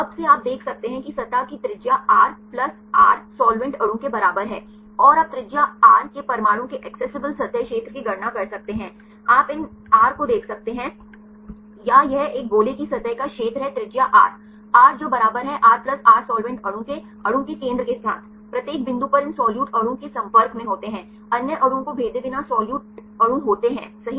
अब से आप देख सकते हैं कि सतह की त्रिज्या R प्लस r साल्वेंट अणु के बराबर है और आप त्रिज्या R के परमाणु के एक्सेसिबल सतह क्षेत्र की गणना कर सकते हैं आप इन r को देख सकते हैं या यह एक गोले की सतह का क्षेत्र है त्रिज्या r r जो बराबर है r प्लस r साल्वेंट अणु के अणु के केंद्र के साथ प्रत्येक बिंदु पर इन सोलीयूट अणु के संपर्क में होते हैं अन्य अणुओं को भेदे बिना सोलीयूट अणु होते हैं सही